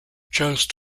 chose